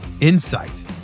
Insight